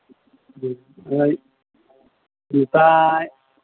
ᱦᱩᱸ ᱚᱱᱟ ᱱᱮᱛᱟᱨ